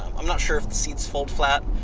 i'm not sure if the seats fold flat,